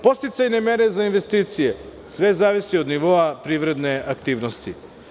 Podsticajne mere za investicije sve zavisi od nivoa privredne aktivnosti.